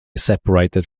separated